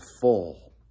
full